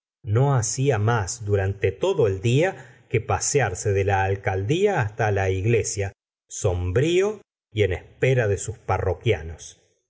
no hacía más durante todo el día que pasearse de la alcaldía hasta la iglesia sombrío y en espera de sus parroquianos